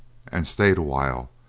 and stayed awhile,